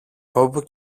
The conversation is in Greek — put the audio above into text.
όπου